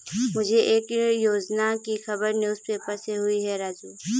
मुझे एक योजना की खबर न्यूज़ पेपर से हुई है राजू